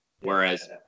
Whereas